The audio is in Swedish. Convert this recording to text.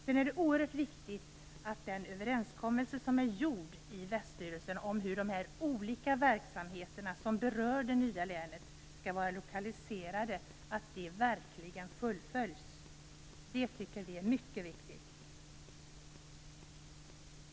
Det är oerhört viktigt att den överenskommelse som träffats i Väststyrelsen om hur de olika verksamheter som berör det nya länet skall vara lokaliserade verkligen fullföljs. Detta tycker vi är mycket viktigt.